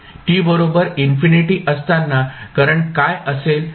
t बरोबर infinity असताना current काय असेल